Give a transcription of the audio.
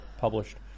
published